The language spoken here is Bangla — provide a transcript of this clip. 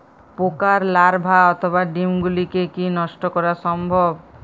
পোকার লার্ভা অথবা ডিম গুলিকে কী নষ্ট করা সম্ভব?